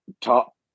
top